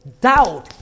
doubt